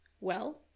Well